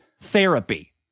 therapy